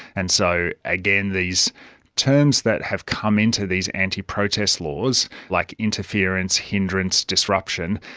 and so again, these terms that have come into these anti-protest laws, like interference, hindrance, disruption,